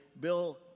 Bill